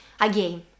again